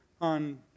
on